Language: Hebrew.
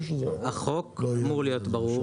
החוק אמור להיות ברור,